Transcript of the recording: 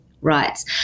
rights